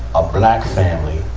a black family